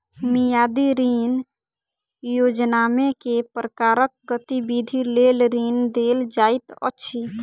मियादी ऋण योजनामे केँ प्रकारक गतिविधि लेल ऋण देल जाइत अछि